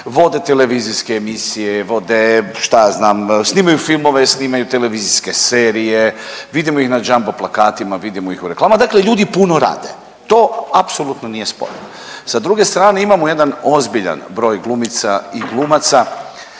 vode televizijske emisije, vode, šta ja znam, snimaju filmove, snimaju televizijske serije, vidimo ih na jumbo plakatima, vidimo ih u reklamama, dakle ljudi puno rade, to apsolutno nije sporno. Sa druge strane imamo jedan ozbiljan broj glumica i glumaca